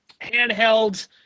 handheld